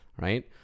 right